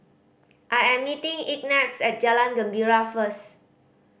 I am meeting Ignatz at Jalan Gembira first